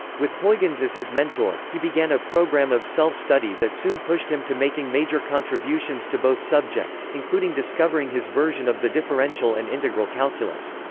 with huygens as his mentor, he began a program of self-study that soon pushed him to making major contributions to both subjects, including discovering his version of the differential and integral calculus.